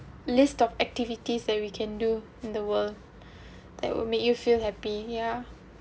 list of activities that we can do in the world that would make you feel happy ya